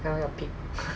你看那个屁股